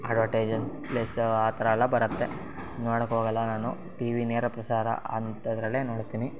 advertise plus ಆ ಥರ ಎಲ್ಲ ಬರುತ್ತೆ ನೋಡಕ್ಕೆ ಹೋಗಲ್ಲ ನಾನು ಟಿ ವಿ ನೇರಪ್ರಸಾರ ಅಂಥದ್ದರಲ್ಲೇ ನೋಡ್ತೀನಿ